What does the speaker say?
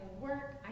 work